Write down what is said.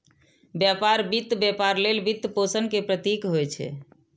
व्यापार वित्त व्यापार लेल वित्तपोषण के प्रतीक होइ छै